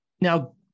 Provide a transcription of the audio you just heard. now